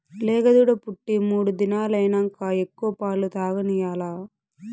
లేగదూడ పుట్టి మూడు దినాలైనంక ఎక్కువ పాలు తాగనియాల్ల